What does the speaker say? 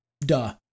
duh